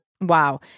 Wow